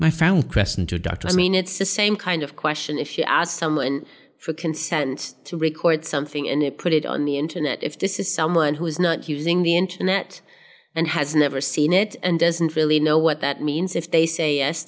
privacy i mean it's the same kind of question if you ask someone for consent to record something and they put it on the internet if this is someone who's not using the internet and has never seen it and doesn't really know what that means if they say